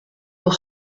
pour